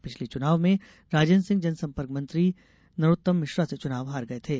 पिछले चुनाव में राजेन्द्र सिंह जनंसपर्क मंत्री नरोत्तम मिश्रा से चुनाव हार गये थे